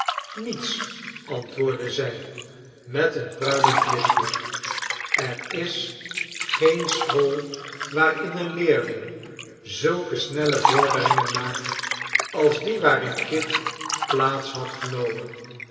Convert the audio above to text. niets antwoordde zij met een pruilend lipje er is geene school waarin een leerling zulke snelle vorderingen maakt als die waarin kit plaats had genomen